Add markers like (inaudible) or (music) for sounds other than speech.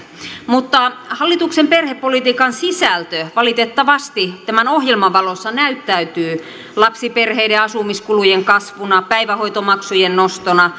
mutta hallituksen perhepolitiikan sisältö valitettavasti tämän ohjelman valossa näyttäytyy lapsiperheiden asumiskulujen kasvuna päivähoitomaksujen nostona (unintelligible)